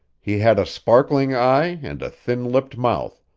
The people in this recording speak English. he had a sparkling eye and a thin-lipped mouth,